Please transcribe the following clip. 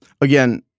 Again